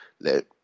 Let